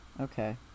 Okay